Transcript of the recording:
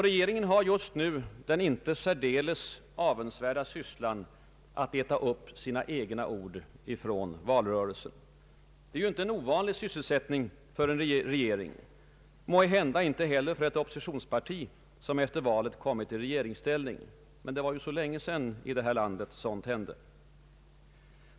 Regeringen har just nu den inte särdeles avundsvärda sysslan att äta upp sina egna ord från valrörelsen. Det är ju inte en ovanlig sysselsättning för en regering, måhända inte heller för ett oppositionsparti, som efter valet kommit i regeringsställning; men det var ju så länge sedan något sådant hände i vårt land.